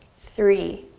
three,